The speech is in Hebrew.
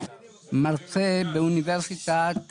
מרצה באוניברסיטת